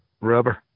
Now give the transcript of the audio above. Rubber